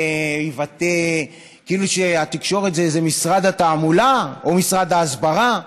כאילו התקשורת זה משרד התעמולה או משרד ההסברה.